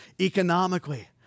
economically